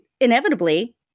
inevitably